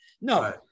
No